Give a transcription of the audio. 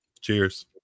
Cheers